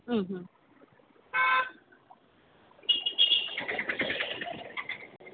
മ് മ്